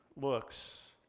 looks